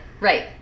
right